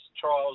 trials